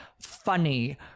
funny